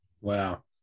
Wow